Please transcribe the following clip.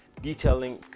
detailing